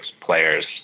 player's